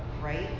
right